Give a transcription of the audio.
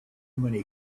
many